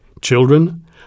Children